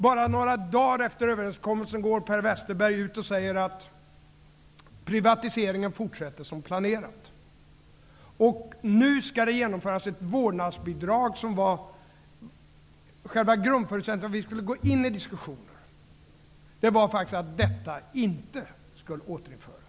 Bara några dagar efter överenskommelsen förklarade Per Westerberg att privatiseringen skulle fortsätta som planerat. Nu skall man införa ett vårdnadsbidrag, fastän själva grundförutsättningen för att vi skulle gå in i diskussionen var att ett sådant bidrag inte skulle införas.